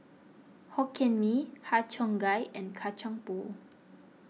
Hokkien Mee Har Cheong Gai and Kacang Pool